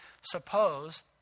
suppose